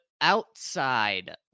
outside